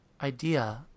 idea